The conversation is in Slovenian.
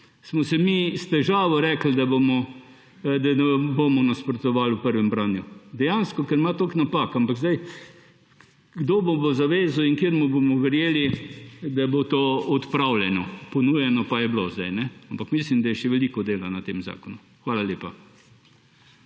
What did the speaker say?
smo se mi s težavo rekli, da ne bomo nasprotovali v prvem branju. Dejansko, ker ima toliko napak. Ampak zdaj, kdo se bo zavezal in kateremu bomo verjeli, da bo to odpravljeno? Ponujeno pa je bilo zdaj. Ampak mislim, da je še veliko dela na tem zakonu. Hvala lepa.